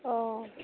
অঁ